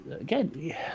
again